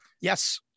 Yes